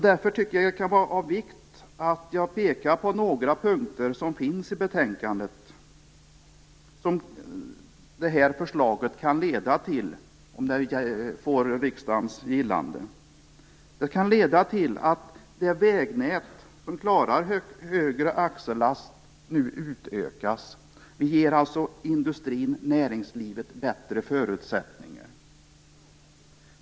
Det kan vara av vikt att peka på vad några punkter i betänkandet kan leda till, om betänkandet får riksdagens gillande. Det kan leda till att det vägnät som klarar högre axellast utökas. Vi ger alltså industrin och näringslivet bättre förutsättningar.